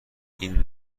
این